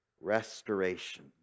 restoration